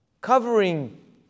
covering